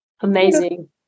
Amazing